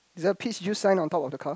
is that peach juice sign on top of the car